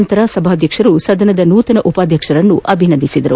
ನಂತರ ಸಭಾಧ್ಯಕ್ಷರು ಸದನದ ನೂತನ ಉಪಾಧ್ಯಕ್ಷರನ್ನು ಅಭಿನಂದಿಸಿದರು